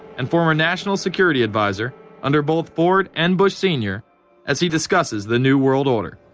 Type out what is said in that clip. and former national security adviser under both ford and bush senior as he discusses the new world order